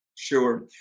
Sure